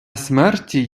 смерті